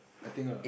I think lah